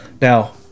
Now